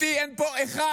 אותי אין פה אחד